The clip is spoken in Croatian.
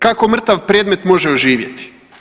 Kako mrtav predmet može oživjeti?